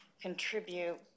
contribute